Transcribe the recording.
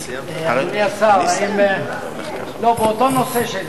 לא, באותו נושא.